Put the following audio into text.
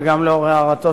וגם לאור הערתו,